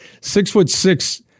Six-foot-six